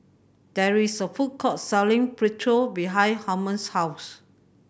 there is a food court selling Burrito behind Holmes' house